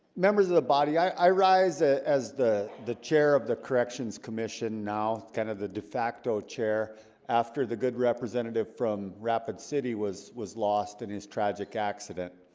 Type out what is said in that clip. members of the body i rise ah as the the chair of the corrections commission now kind of the de facto chair after the good representative from rapid city was was lost in his tragic accident